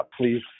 please